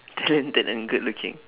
talented and good looking